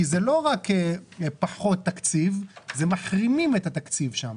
כי זה לא רק פחות תקציב, זה מחרימים את התקציב שם.